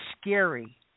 scary